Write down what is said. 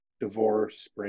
divorce